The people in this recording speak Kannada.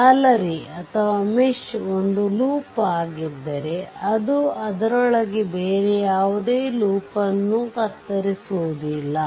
ಜಾಲರಿ ಒಂದು ಲೂಪ್ ಆಗಿದ್ದರೆ ಅದು ಅದರೊಳಗೆ ಬೇರೆ ಯಾವುದೇ ಲೂಪ್ ಅನ್ನು ಕತ್ತರಿಸುವುದಿಲ್ಲ